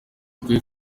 akwiye